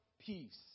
peace